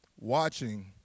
watching